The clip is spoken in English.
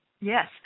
Yes